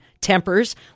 tempers